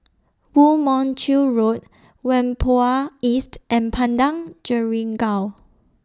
Woo Mon Chew Road Whampoa East and Padang Jeringau